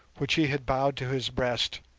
which he had bowed to his breast,